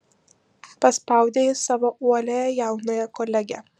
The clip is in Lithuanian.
paspaudė ji savo uoliąją jaunąją kolegę